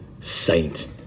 saint